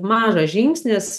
mažas žingsnis